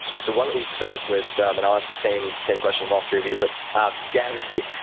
so why don't we start with and i'll ask the same same question of all three of you. but ah gabby,